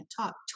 talk